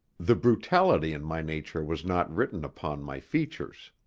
the brutality in my nature was not written upon my features.